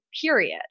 period